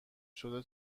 شده